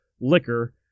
liquor